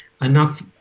enough